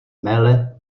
mele